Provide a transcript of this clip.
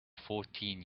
fourteen